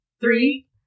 Three